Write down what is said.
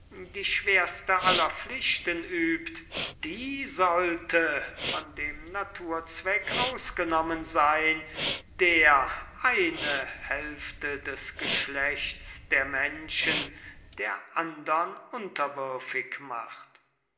die schwerste aller pflichten übt die sollte von dem naturzweck ausgenommen sein der eine hälfte des geschlechts der menschen der andern unterwürfig macht